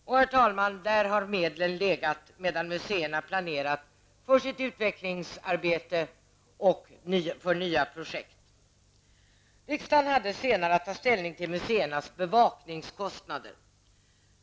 Där, herr talman, har medlen legat medan museerna planerat för sitt utvecklingsarbete och för nya projekt. Riksdagen hade senare att ta ställning till museernas bevakningskostnader.